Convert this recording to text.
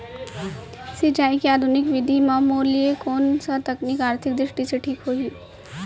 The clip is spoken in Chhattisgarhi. सिंचाई के आधुनिक विधि म मोर लिए कोन स तकनीक आर्थिक दृष्टि से ठीक होही?